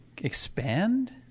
expand